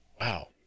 wow